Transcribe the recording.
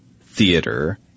theater